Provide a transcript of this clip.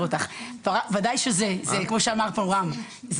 וודאי שזה כמו שאמר פה רם,